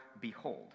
behold